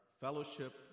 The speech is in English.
fellowship